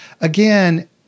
Again